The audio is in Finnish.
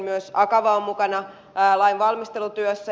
myös akava on mukana lainvalmistelutyössä